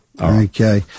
Okay